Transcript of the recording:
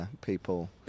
people